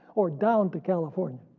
or down to california.